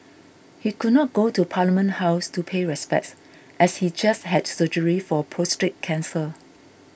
he could not go to Parliament House to pay respects as he just had surgery for cancer